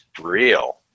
real